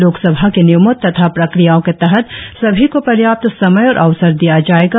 लोकसभा के नियमों तथा प्रक्रियाओं के तहत सभी को पर्याप्त समय और अवसर दिया जायेगा